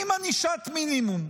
עם ענישת מינימום.